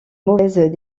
mauvaises